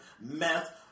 Meth